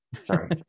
Sorry